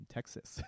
Texas